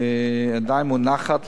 שעדיין מונחת,